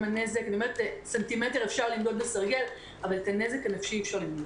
אורך בסנטימטר אפשר למדוד בסרגל אבל את הנזק הנפשי אי אפשר למדוד.